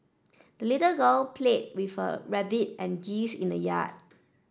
the little girl played with her rabbit and geese in the yard